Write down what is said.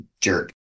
jerk